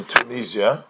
Tunisia